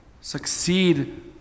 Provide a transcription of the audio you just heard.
succeed